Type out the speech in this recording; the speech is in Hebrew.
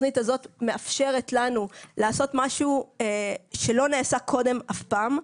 התוכנית הזאת מאפשרת לנו לעשות משהו שלא נעשה קודם אף פעם,